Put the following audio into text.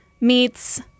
meets